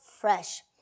fresh